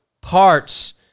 parts